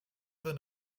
than